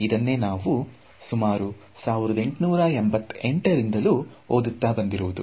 ಇದನ್ನೇ ನಾವು ಸುಮಾರು 1888 ರಿಂದಲೂ ಓದುತ್ತಾ ಬಂದಿರುವುದು